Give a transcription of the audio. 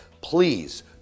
Please